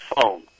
phone